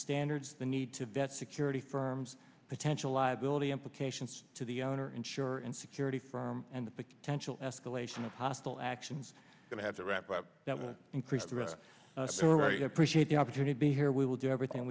standards the need to bet security firms potential liability implications to the owner insurer and security firm and the potential escalation of hostile actions going to have to wrap up that will increase the pressure had the opportunity to hear we will do everything